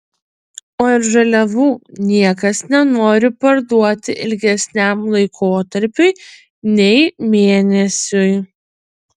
o ir žaliavų niekas nenori parduoti ilgesniam laikotarpiui nei mėnesiui